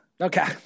Okay